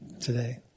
today